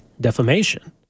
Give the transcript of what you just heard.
defamation